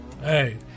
Hey